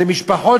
אלה משפחות